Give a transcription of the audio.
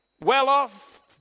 well-off